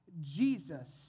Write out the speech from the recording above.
Jesus